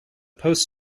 post